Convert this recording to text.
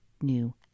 new